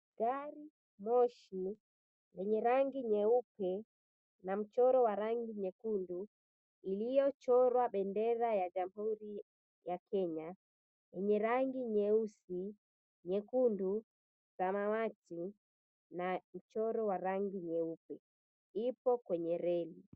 Gari moshi yenye rangi nyeupe na mchoro wa rangi nyekundu, iliyochorwa bendera ya Jamhuri ya Kenya, yenye rangi nyeusi, nyekundu, samawati na mchoro wa rangi nyeupe ipo kwenye reli.